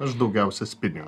aš daugiausia spinin